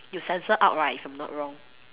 有 censor out right if I'm not wrong